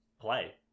play